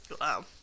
Wow